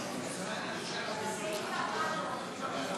כהצעת הוועדה, נתקבל.